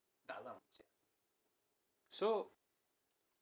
so